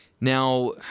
Now